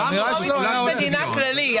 המטרו ממומן מתקציב המדינה הכללי.